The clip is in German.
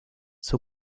zur